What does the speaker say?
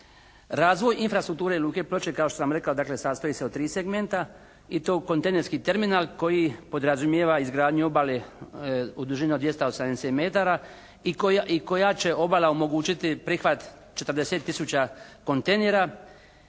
Razvoj infrastrukture luke Ploče kao što sam rekao dakle sastoji se od 3 segmenta i to u kontejnerski terminal koji podrazumijeva izgradnju obale u dužini od 280 metara i koja će obala omogućiti prihvat 40 tisuća kontejnera